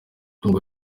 ngo